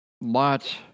lots